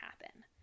happen